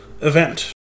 event